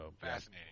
Fascinating